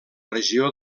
regió